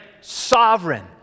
sovereign